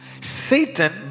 Satan